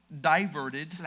diverted